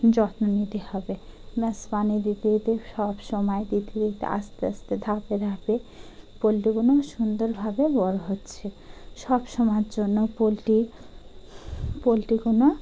যত্ন নিতে হবে ম্যাস পানি দিতে দিতে সব সময় দিতে দিতে আস্তে আস্তে ধাপে ধাপে পোলট্রিগুলো সুন্দরভাবে বড় হচ্ছে সব সময়ের জন্য পোলট্রি পোলট্রিগুলো